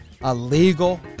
illegal